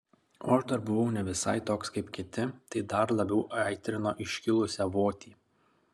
o aš dar buvau ne visai toks kaip kiti tai dar labiau aitrino iškilusią votį